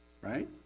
Right